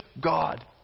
God